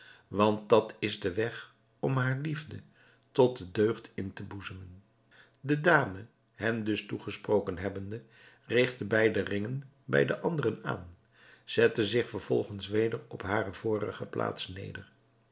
want dat is de weg om haar liefde tot de deugd in te boezemen de dame hen dus toegesproken hebbende reeg de beide ringen bij de anderen aan zette zich vervolgens weder op hare vorige plaats neder